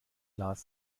las